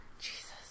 Jesus